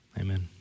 Amen